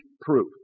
proof